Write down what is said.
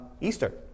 Easter